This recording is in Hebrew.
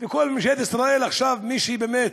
וכל ממשלת ישראל עכשיו, מי שבאמת,